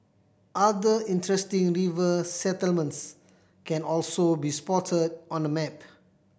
other interesting river settlements can also be spotted on the map